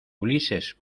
ulises